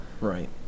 Right